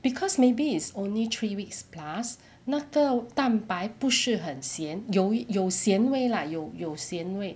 because maybe it's only three weeks plus 那个蛋白不是很咸有有咸味 lah 有有咸味